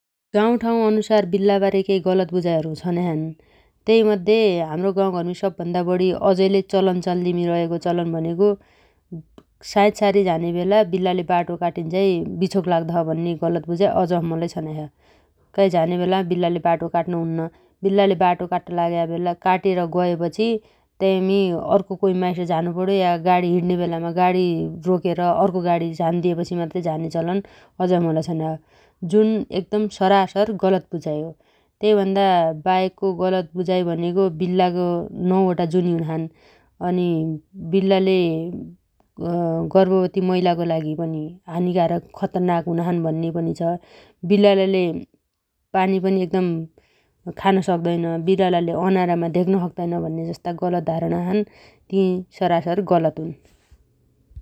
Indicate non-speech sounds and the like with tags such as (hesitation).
गाँउ ठाउँअनुसार बिल्लाबारे केहि गलत बुझाइहरु छनाइछन् । तैमध्ये हाम्रो गाँउघरमी सबभन्ना बढी अजैलै चलनचल्तीमी रयागो चलन भनेगो (hesitation) साइत सारी झाने बेला बिल्लाले बाटो काटिन्झाइ बिछोग लाग्दो छ भन्ने गलत बुझाइ अजसम्मलै छनाइ छ । काइ झाने बेला बिल्लाले बाटो काट्नुहुन्न, बिल्लाले बाटो काट्ट लाग्या बेला काटेर गएपछि ताइमी अर्खो कोइ माइस झानु पर्यो या गाडी हिड्न्या बेलामा गाडी रोकेर अर्को गाडी झान्दिएपछि मात्र झाने चलन अजसम्म लै छनाइ छ । जुन एकदम सरासर गलत बुजाइ हो । तैभन्नाबाहेकको गलत बुजाइ भनेगो बिल्लागो नउवटा जुनी हुनाछन् । अनि बिल्लाले (hesitation) गर्ववती महिलागा लागि पनि हानिकारक खतरनाक हुनाछन् भन्ने पनि छ । बिल्लाले पानी पनि एकदम खान सक्तैन, बिल्लाले अनारामा धेग्न सक्तैन भन्ने जस्ता गलत धारणा छन् । ति सरासर गलत हुन् ।